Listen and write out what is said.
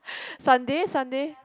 Sunday Sunday